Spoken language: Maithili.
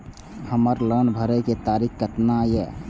हमर लोन भरे के तारीख केतना ये?